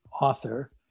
author